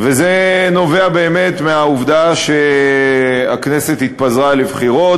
וזה נובע באמת מהעובדה שהכנסת התפזרה לבחירות